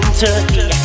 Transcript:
turkey